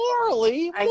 Morally